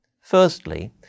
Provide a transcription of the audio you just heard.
Firstly